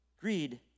greed